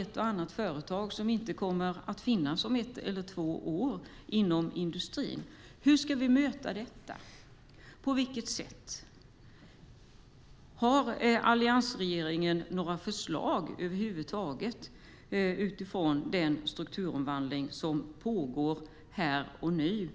ett och annat företag inte kommer att finnas om ett eller två år inom industrin. Hur ska vi möta detta? Har alliansregeringen några förslag över huvud taget utifrån den strukturomvandling som pågår här och nu?